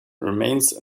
remains